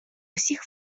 усіх